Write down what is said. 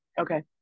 Okay